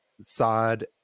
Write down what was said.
Saad